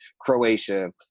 Croatia